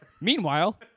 Meanwhile